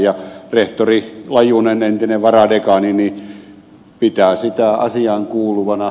ja rehtori lajunen entinen varadekaanini pitää sitä asiaankuuluvana